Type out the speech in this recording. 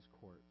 court